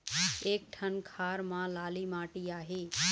एक ठन खार म लाली माटी आहे?